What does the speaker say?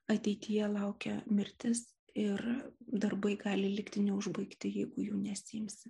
ateityje laukia mirtis ir darbai gali likti neužbaigti jeigu jų nesiimsi